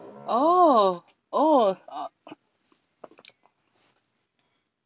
oh oh